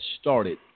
started